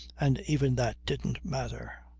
and even that didn't matter.